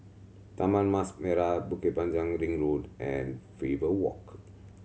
Taman Mas Merah Bukit Panjang Ring Road and Faber Walk